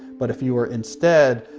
but if you were instead,